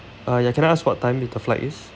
uh ya can I ask what time with the flight is